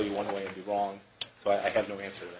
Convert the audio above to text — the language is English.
you one way or the wrong so i have no answer